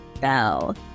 bell